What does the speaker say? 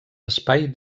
espai